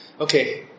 Okay